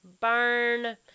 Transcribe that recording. Burn